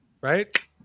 Right